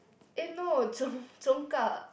eh no cong~ Congkak